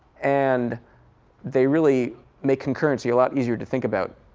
and they really make concurrency a lot easier to think about,